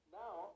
now